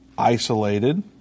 Isolated